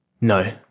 No